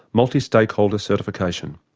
multi-stakeholder certification.